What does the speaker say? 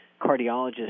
cardiologist